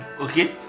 okay